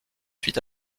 fit